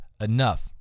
enough